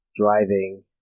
driving